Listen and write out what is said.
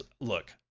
look